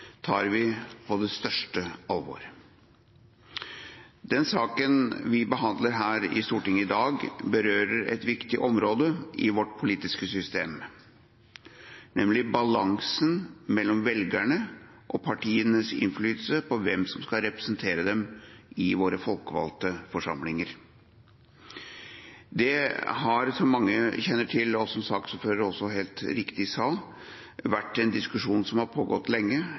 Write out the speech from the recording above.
tar vi på det største alvor. Den saken vi behandler i Stortinget i dag, berører et viktig område i vårt politiske system, nemlig balansen mellom velgernes og partienes innflytelse på hvem som skal representere dem i våre folkevalgte forsamlinger. Det har – som mange kjenner til, og som saksordføreren også helt riktig sa – vært en diskusjon som har pågått lenge,